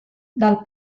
dal